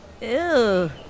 Ew